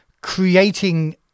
creating